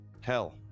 Hell